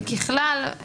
ככלל,